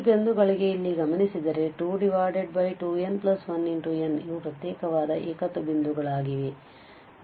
ಈ ಬಿಂದುಗಳಿಗೆ ಇಲ್ಲಿ ಗಮನಿಸಿದರೆ 22n1ಇವು ಪ್ರತ್ಯೇಕವಾದ ಏಕತ್ವ ಬಿಂದುಗಳಾಗಿವೆ